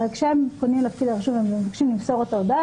הרי כשהם פונים לפקיד הרישום ומבקשים למסור את ההודעה,